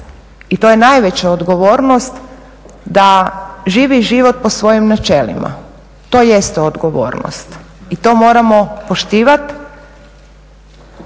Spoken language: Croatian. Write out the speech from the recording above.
i to je najveća odgovornost da živi život po svojim načelima. To jeste odgovornost i to moramo poštivati